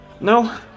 No